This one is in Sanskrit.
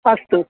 अस्तु